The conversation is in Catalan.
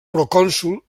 procònsol